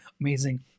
Amazing